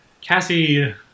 Cassie